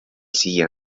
siia